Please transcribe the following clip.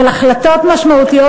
אבל החלטות משמעותיות,